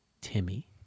Timmy